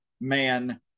man